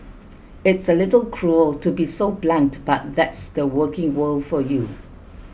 it's a little cruel to be so blunt but that's the working world for you